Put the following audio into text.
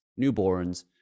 newborns